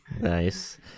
Nice